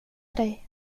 dig